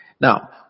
Now